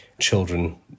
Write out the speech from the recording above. children